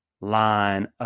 line